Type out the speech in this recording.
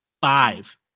five